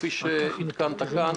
כפי שעדכנת כאן,